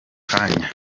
kanya